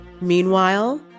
Meanwhile